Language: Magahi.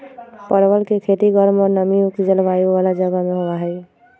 परवल के खेती गर्म और नमी युक्त जलवायु वाला जगह में होबा हई